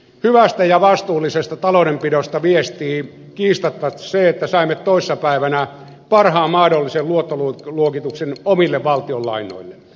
hyvästä ja vastuullisesta taloudenpidosta viestii kiistatta se että saimme toissapäivänä parhaan mahdollisen luottoluokituksen omille valtionlainoillemme